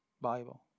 Bible